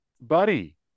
buddy